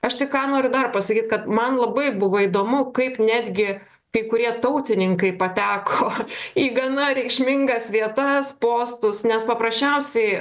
aš tik ką noriu dar pasakyt kad man labai buvo įdomu kaip netgi kai kurie tautininkai pateko į gana reikšmingas vietas postus nes paprasčiausiai